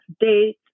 date